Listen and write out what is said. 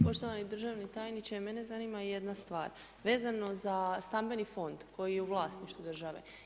Poštovani državni tajniče, mene zanima jedna stvar, vezano za Stambeni fond koji je u vlasništvu države.